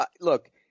look